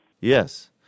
Yes